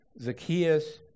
Zacchaeus